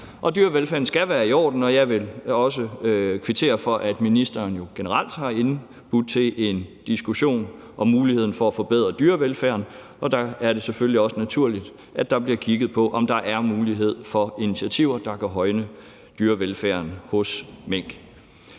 Dyrevelfærden skal være i orden, og jeg vil også kvittere for, at ministeren jo generelt har indbudt til en diskussion om muligheden for at forbedre dyrevelfærden. Der er det selvfølgelig også naturligt, at der bliver kigget på, om der er mulighed for initiativer, der kan højne dyrevelfærden hos mink.